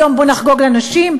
היום בואו נחגוג לנשים,